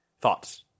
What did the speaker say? Thoughts